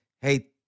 hey